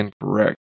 incorrect